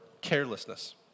carelessness